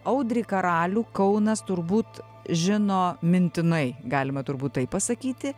audrį karalių kaunas turbūt žino mintinai galima turbūt taip pasakyti